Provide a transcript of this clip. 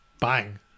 bang